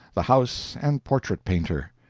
the house and portrait painter.